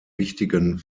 wichtigen